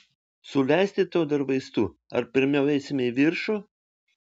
suleisti tau dar vaistų ar pirmiau eisime į viršų